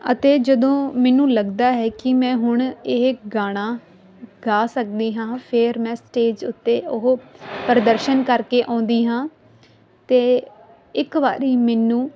ਅਤੇ ਜਦੋਂ ਮੈਨੂੰ ਲੱਗਦਾ ਹੈ ਕਿ ਮੈਂ ਹੁਣ ਇਹ ਗਾਣਾ ਗਾ ਸਕਦੀ ਹਾਂ ਫਿਰ ਮੈਂ ਸਟੇਜ ਉੱਤੇ ਉਹ ਪ੍ਰਦਰਸ਼ਨ ਕਰਕੇ ਆਉਂਦੀ ਹਾਂ ਅਤੇ ਇੱਕ ਵਾਰੀ ਮੈਨੂੰ